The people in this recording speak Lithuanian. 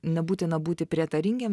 nebūtina būti prietaringiem